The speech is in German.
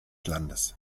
landes